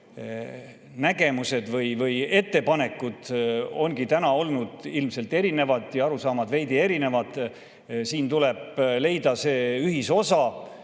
nägemused või ettepanekud ongi olnud ilmselt erinevad, arusaamad on veidi erinevad. Siin tuleb leida see ühisosa.